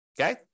Okay